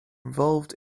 involved